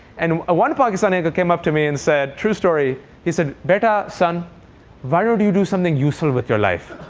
and one pakistani uncle came up to me and said true story he said beta son why don't you do something useful with your life,